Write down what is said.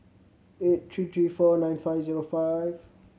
eight three three four nine five zero five